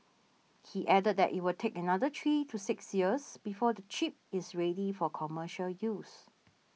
he added that it will take another three to six years before the chip is ready for commercial use